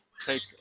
take